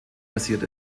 passiert